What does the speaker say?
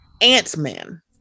Ant-Man